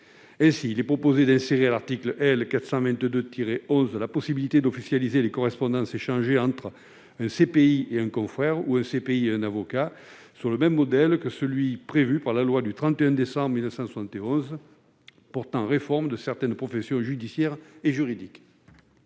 Ainsi, il est proposé d'insérer à l'article L. 422-11 la possibilité d'officialiser les correspondances échangées entre un CPI et un confrère ou un CPI et un avocat, sur le même modèle que celui prévu par la loi du 31 décembre 1971 portant réforme de certaines professions judiciaires et juridiques.